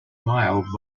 mild